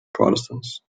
protestants